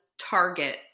target